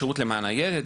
יש שירות למען הילד,